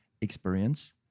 experience